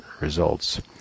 results